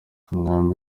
umwami